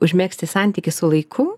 užmegzti santykį su laiku